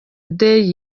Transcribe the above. day